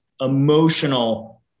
emotional